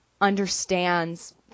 understands